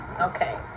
Okay